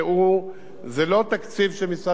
זה לא תקציב שמשרד התחבורה צריך לתת,